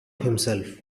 himself